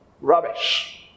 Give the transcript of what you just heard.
Rubbish